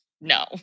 no